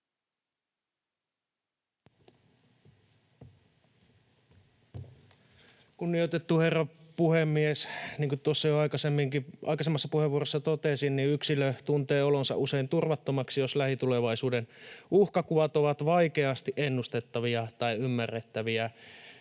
Kunnioitettu herra puhemies! Niin kuin tuossa jo aikaisemminkin, aikaisemmassa puheenvuorossa, totesin, niin yksilö tuntee olonsa usein turvattomaksi, jos lähitulevaisuuden uhkakuvat ovat vaikeasti ennustettavia tai ymmärrettäviä.